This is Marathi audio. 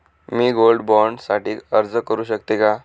मी गोल्ड बॉण्ड साठी अर्ज करु शकते का?